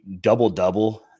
double-double